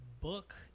book